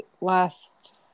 last